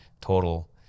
total